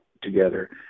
together